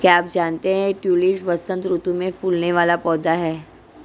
क्या आप जानते है ट्यूलिप वसंत ऋतू में फूलने वाला पौधा है